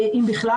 אם בכלל.